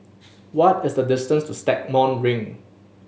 what is the distance to Stagmont Ring